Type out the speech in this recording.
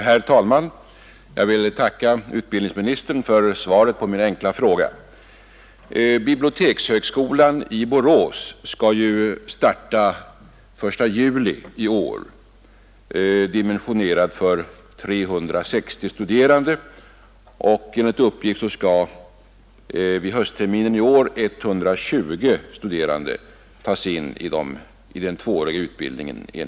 Herr talman! Jag vill tacka utbildningsministern för svaret på min enkla fråga. Bibliotekshögskolan i Borås skall starta den 1 juli i år. Den är dimensionerad för 360 studerande, och enligt beräkningarna skall vid höstterminen i år 120 studerande tas in i den tvååriga utbildningen.